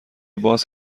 باز